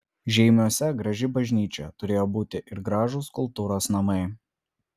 žeimiuose graži bažnyčia turėjo būti ir gražūs kultūros namai